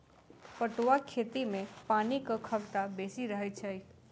पटुआक खेती मे पानिक खगता बेसी रहैत छै